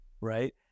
right